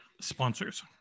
sponsors